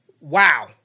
Wow